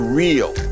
real